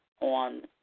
on